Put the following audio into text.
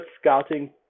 scouting